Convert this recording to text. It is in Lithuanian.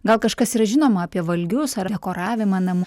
gal kažkas yra žinoma apie valgius ar dekoravimą namų